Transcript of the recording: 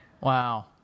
wow